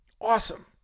Awesome